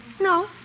No